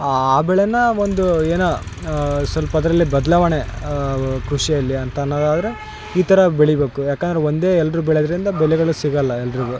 ಆ ಬೆಳೇ ಒಂದು ಏನು ಸ್ವಲ್ಪ ಅದರಲ್ಲೇ ಬದಲಾವಣೆ ಕೃಷಿಯಲ್ಲಿ ಅಂತ ಅನ್ನೋದಾದ್ರೆ ಈ ಥರ ಬೆಳಿಬೇಕು ಯಾಕಂದರೆ ಒಂದೆ ಎಲ್ಲರು ಬೆಳೆಯೋದ್ರಿಂದ ಬೆಲೆಗಳು ಸಿಗೋಲ್ಲ ಎಲ್ಲರಿಗೂ